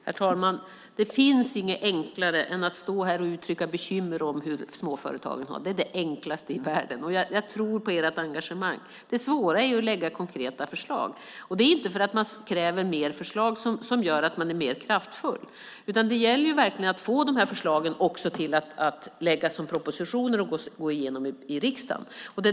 Herr talman! Det finns inget enklare än att stå här och uttrycka bekymmer över hur småföretagen har det. Det är det enklaste i världen. Jag tror på ert engagemang. Det svåra är att lägga fram konkreta förslag. Det är inte att man kräver mer förslag som gör att man är mer kraftfull. Det gäller att få förslagen att läggas fram som propositioner och få dem att gå igenom i riksdagen.